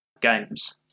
games